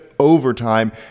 overtime